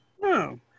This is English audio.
No